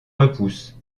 repoussent